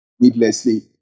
needlessly